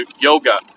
yoga